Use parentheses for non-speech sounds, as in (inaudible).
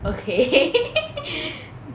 okay (laughs)